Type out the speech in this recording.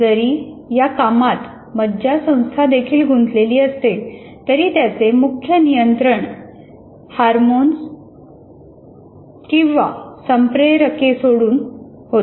जरी या कामात मज्जासंस्था देखील गुंतलेली असते तरी त्याचे मुख्य नियंत्रण हार्मोन्स किंवा संप्रेरके सोडुन होते